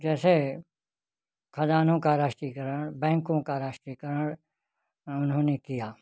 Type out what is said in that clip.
जैसे खज़ानों का राष्ट्रीयकरण बैंको का राष्ट्रीयकरण उन्होंने किया